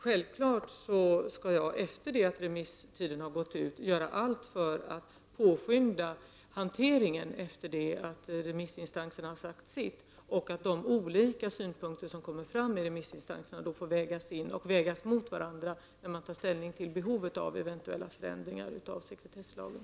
Självfallet skall jag efter det att remisstiden gått ut och remissinstanserna sagt sitt göra allt för att påskynda hanteringen. De olika synpunkter som remissinstanserna anför får då vägas mot varandra när man tar ställning till behovet av eventuella förändringar av sekretesslagen.